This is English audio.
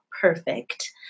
Perfect